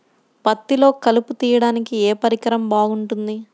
పత్తిలో కలుపు తీయడానికి ఏ పరికరం బాగుంటుంది?